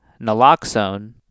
Naloxone